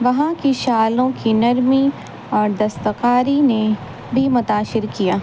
وہاں کی شالوں کی نرمی اور دستکاری نے بھی متاثر کیا